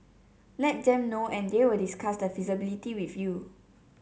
let them know and they will discuss the feasibility with you